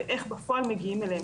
ואיך בפועל מגיעים אליהם.